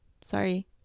sorry